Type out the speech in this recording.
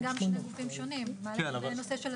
צריך להסתכל על שני הצרכים האלה ולאזן אותם.